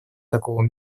такого